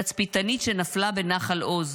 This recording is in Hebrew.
תצפיתנית שנפלה בנחל עוז,